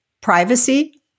privacy